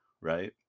right